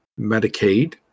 Medicaid